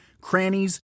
crannies